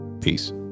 Peace